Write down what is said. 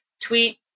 tweet